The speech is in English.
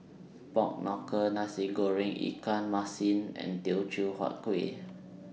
Pork Knuckle Nasi Goreng Ikan Masin and Teochew Huat Kueh